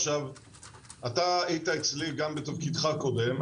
עכשיו אתה היית אצלי גם בתפקידך הקודם,